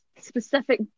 Specific